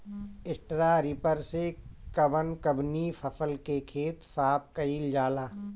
Straw reaper से कवन कवनी फसल के खेत साफ कयील जाला?